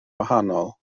wahanol